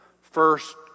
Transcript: First